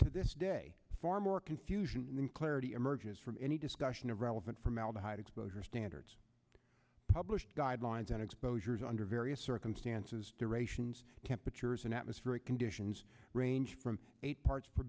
to this day far more confusion than clarity emerges from any discussion of relevant formaldehyde exposure standards published guidelines on exposures under various circumstances durations temperatures and atmospheric conditions ranged from eight parts